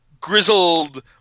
grizzled